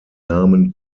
namen